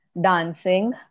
dancing